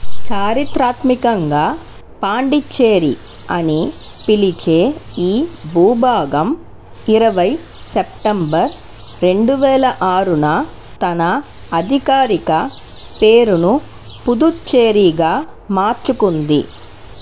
చారిత్రాత్మకంగా పాండిచ్చేరి అని పిలిచే ఈ భూభాగం ఇరవై సెప్టెంబర్ రెండువేల ఆరున తన అధికారిక పేరును పుదుచ్చేరిగా మార్చుకుంది